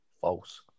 false